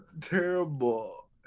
terrible